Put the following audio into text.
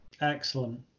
Excellent